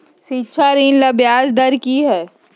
शिक्षा ऋण ला ब्याज दर कि हई?